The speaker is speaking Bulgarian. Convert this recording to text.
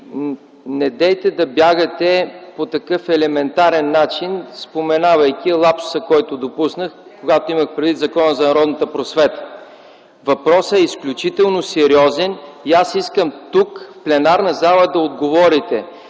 Недейте да бягате по такъв елементарен начин, споменавайки лапсуса, който допуснах, когато имах предвид Закона за народната просвета. Въпросът е изключително сериозен. Аз искам тук, в пленарната зала, да отговорите